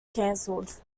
cancelled